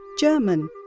German